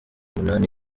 umunani